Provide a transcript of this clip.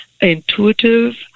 intuitive